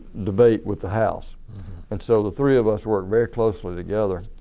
debate with the house and so the three of us were very closely together.